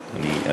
אני עונה לך.